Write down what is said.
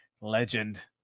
Legend